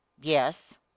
yes